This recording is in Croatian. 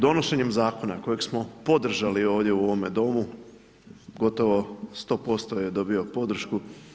Donošenjem zakona kojeg smo podržali ovdje u ovome domu, gotovo 100% je dobio podršku.